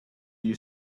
you